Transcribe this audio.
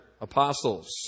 apostles